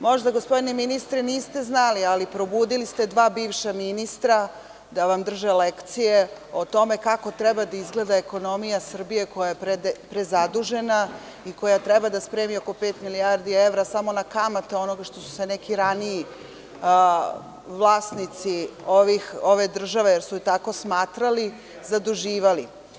Možda gospodine ministre niste znali, ali probudili ste dva bivša ministra da vam drže lekcije o tome kako treba da izgleda ekonomija Srbije, koja je prezadužena, i koja treba da spremi oko pet milijardi evra, samo na kamate onoga što su se neki raniji vlasnici ove države, jer su je tako smatrali, zaduživali.